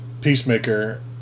Peacemaker